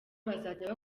bazajya